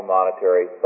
Monetary